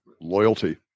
loyalty